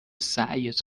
سعیت